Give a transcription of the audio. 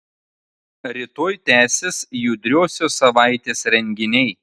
rytoj tęsis judriosios savaitės renginiai